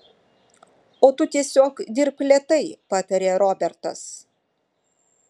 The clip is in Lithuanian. o tu tiesiog dirbk lėtai patarė robertas